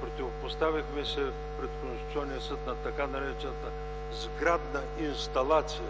Противопоставихме се пред Конституционния съд на така наречената сградна инсталация